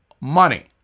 money